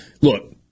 Look